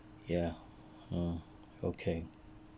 ya mm okay